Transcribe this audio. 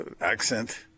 accent